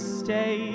stay